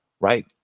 right